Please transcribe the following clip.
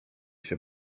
się